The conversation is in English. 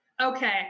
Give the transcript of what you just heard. Okay